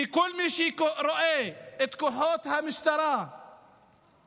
כי כל מי שרואה את כוחות המשטרה שמאבטחים